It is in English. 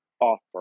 offer